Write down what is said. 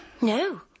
No